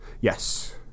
Yes